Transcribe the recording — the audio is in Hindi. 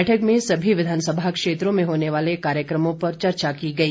बैठक में सभी विधानसभा क्षेत्रों में होने वाले कार्यक्रमों पर चर्चा की गई